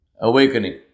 awakening